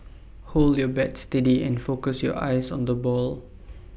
hold your bat steady and focus your eyes on the ball